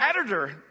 editor